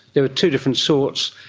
there were two different sorts,